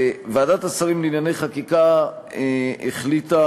ועדת השרים לענייני חקיקה החליטה,